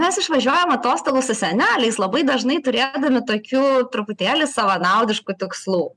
mes išvažiuojam atostogų su seneliais labai dažnai turėdami tokių truputėlį savanaudiškų tikslų